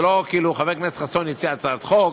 זה לא כאילו חבר הכנסת חסון הציע הצעת חוק.